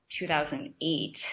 2008